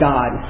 God